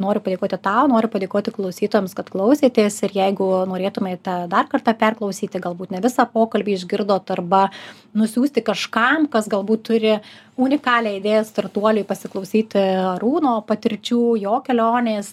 noriu padėkoti tau noriu padėkoti klausytojams kad klausėtės ir jeigu norėtumėte dar kartą perklausyti galbūt ne visą pokalbį išgirdot arba nusiųsti kažkam kas galbūt turi unikalią idėją startuoliui pasiklausyti arūno patirčių jo kelionės